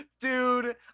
dude